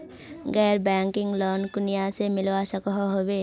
गैर banking loan कुनियाँ से मिलवा सकोहो होबे?